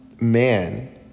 man